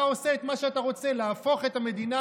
אתה עושה את מה שאתה רוצה: להפוך את המדינה